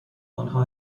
آنها